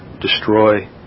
destroy